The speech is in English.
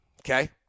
okay